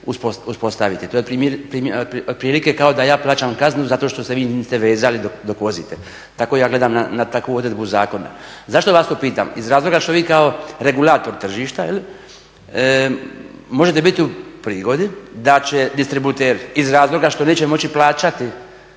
uspostaviti. To je otprilike kao da ja plaćam kaznu zato što se vi niste vezali dok vozite, tako ja gledam na takvu odredbu zakona. Zašto vas to pitam? Iz razloga što vi kao regulator tržišta možete biti u prigodi da će distributer iz razloga što neće moći plaćati